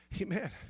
Amen